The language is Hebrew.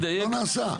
נעשה.